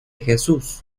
jesús